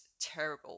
terrible